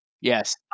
Yes